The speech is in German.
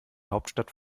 hauptstadt